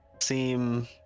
seem